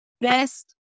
Best